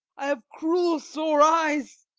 i have cruel sore eyes.